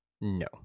No